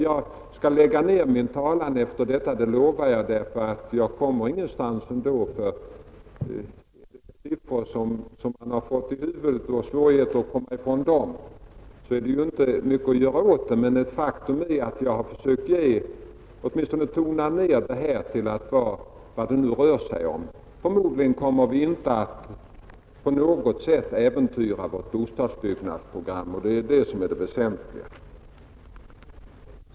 Jag skall lägga ned min talan efter detta, det lovar jag; vi kommer ändå ingenstans, om man som herr Strömberg har fått siffror i huvudet och har svårigheter att komma ifrån dem. Men faktum är att jag åtminstone har försökt tona ned detta till vad det rör sig om. Förmodligen kommer vi inte att på något sätt äventyra vårt bostadsbyggnadsprogram, och det är detta som är det väsentliga.